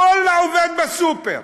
כולה עובד בסופר.